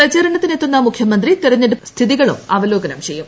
പ്രചരണത്തിനെത്തുന്ന മുഖ്യമന്ത്രി തിരഞ്ഞെടുപ്പ് സ്ഥിതികളും അവലോകനം ചെയ്യും